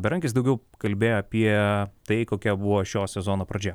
berankis daugiau kalbėjo apie tai kokia buvo šio sezono pradžia